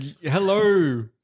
hello